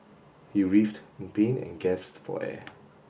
he writhed in pain and gasped for air